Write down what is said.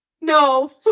No